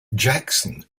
jackson